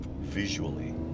Visually